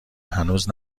هنوز